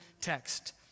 text